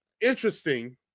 interesting